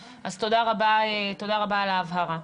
אז תודה רבה על ההבהרה.